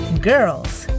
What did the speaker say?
Girls